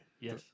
Yes